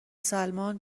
سلمان